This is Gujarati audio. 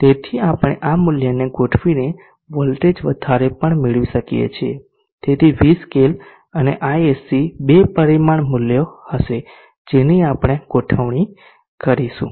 તેથી આપણે આ મૂલ્યને ગોઠવીને વોલ્ટેજ વધારે પણ મેળવી શકીએ છીએ તેથી v સ્કેલ અને ISC બે પરિમાણ મૂલ્યો હશે જેની આપણે ગોઠવણી કરીશું